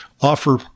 offer